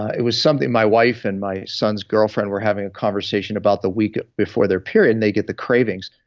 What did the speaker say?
it was something my wife and my son's girlfriend were having a conversation about the week before their period and they get the cravings.